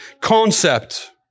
concept